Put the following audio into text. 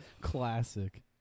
Classic